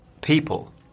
people